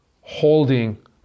holding